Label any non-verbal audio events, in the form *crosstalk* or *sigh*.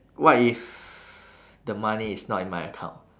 what if *breath* the money is not in my account